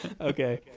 Okay